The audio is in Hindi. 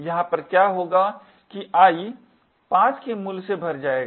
यहाँ पर क्या होगा कि i 5 के मूल्य से भर जाएगा